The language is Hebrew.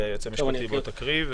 היועץ המשפטי, בוא תקריא.